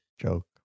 joke